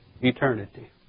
eternity